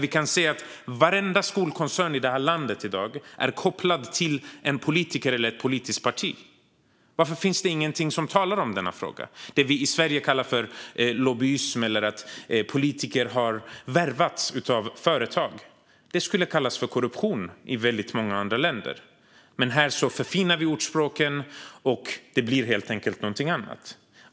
Vi kan se att varenda skolkoncern i det här landet i dag är kopplad till en politiker eller ett politiskt parti. Varför finns det ingen som talar om denna fråga? Det vi i Sverige kallar för lobbyism eller att politiker har värvats av företag skulle kallas för korruption i väldigt många andra länder. Men här förfinar vi orden i språket, och det blir helt enkelt något annat.